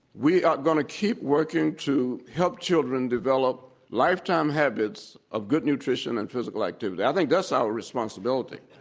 we are going to keep working to help children develop lifetime habits of good nutrition and physical activity. i think that's our responsibility.